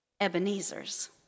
Ebenezer's